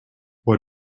what